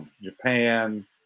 Japan